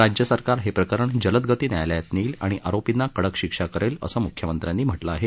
राज्यसरकार हे प्रकरण जलदगती न्यायालयात नेईल आणि आरोपींना कडक शिक्षा करेल असं मुख्यमंत्र्यांनी म्हटलं आहे